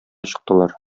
чыктылар